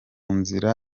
nzira